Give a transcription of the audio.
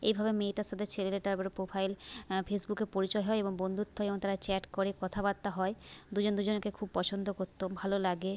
এইভাবে মেয়েটার সাথে ছেলেটার আবার পোফাইল ফেসবুকে পরিচয় হয় এবং বন্ধুত্ব হয় এবং তারা চ্যাট করে কথাবার্তা হয় দুজন দুজনকে খুব পছন্দ করত ভালো লাগে